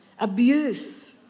abuse